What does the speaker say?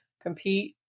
compete